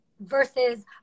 versus